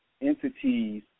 entities